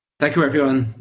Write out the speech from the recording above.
thank you, everyone.